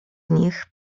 nich